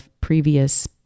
previous